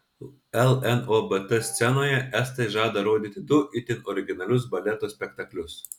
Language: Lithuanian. lnobt scenoje estai žada rodyti du itin originalius baleto spektaklius